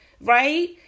Right